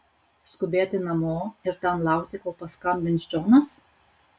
skubėti namo ir ten laukti kol paskambins džonas